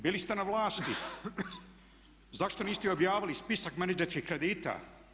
Bili ste na vlasti, zašto niste objavili spisak menadžerskih kredita?